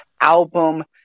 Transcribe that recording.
album